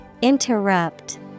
Interrupt